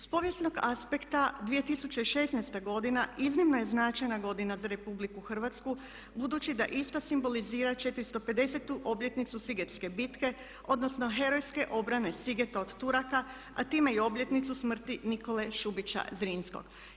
S povijesnog aspekta 2016. godina iznimno je značajna godina za Republiku Hrvatsku budući da ista simbolizira 450 obljetnicu Sigetske bitke odnosno herojske obrane Sigeta od Turaka, a time i obljetnicu smrti Nikole Šubića Zrinskog.